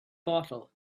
bottle